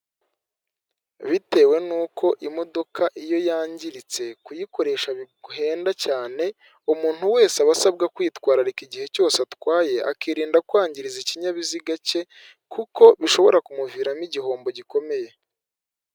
Bitewe n'uko imodoka iyo yangiritse kuyikoresha bihenda cyane umuntu wese aba asabwa kwitwararika igihe cyose atwaye, akirinda kwangiriza ikinyabiziga cye kuko bishobora kumuviramo igihombo gikomeye.